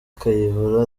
kayihura